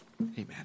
Amen